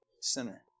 sinner